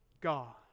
God